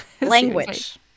language